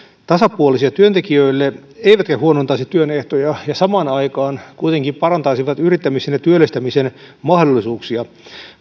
tasapuolisia työntekijöille eivätkä huonontaisi työn ehtoja ja samaan aikaan kuitenkin parantaisivat yrittämisen ja työllistämisen mahdollisuuksia